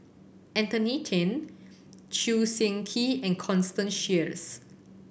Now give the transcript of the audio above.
Anthony Then Chew Swee Kee and Constance Sheares